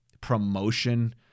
promotion